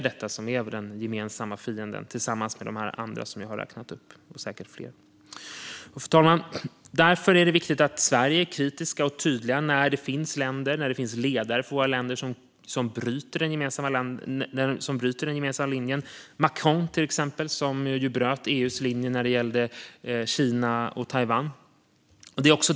Han och de andra jag räknade upp utgör våra gemensamma fiender. Därför är det viktigt att Sverige är kritiskt och tydligt när ledare bryter den gemensamma linjen, till exempel när Macron bröt EU:s linje vad gäller Kina och Taiwan.